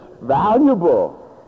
valuable